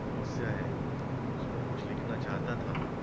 समस्या है उस पर कुछ लिखना चाहता था